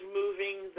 moving